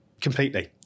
Completely